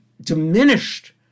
diminished